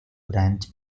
branch